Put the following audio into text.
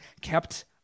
kept